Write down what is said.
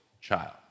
child